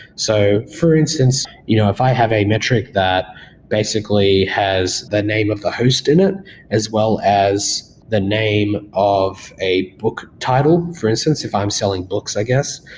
so for instance, you know if i have a metric that basically has the name of the host in it as well as the name of a book title. for instance, if i'm selling books, i guess.